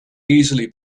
easily